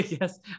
Yes